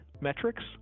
metrics